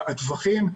הטווחים,